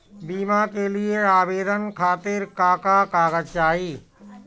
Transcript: बीमा के लिए आवेदन खातिर का का कागज चाहि?